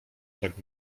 tak